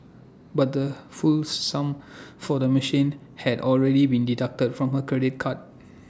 but the full sum for the machine had already been deducted from her credit card